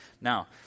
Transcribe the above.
Now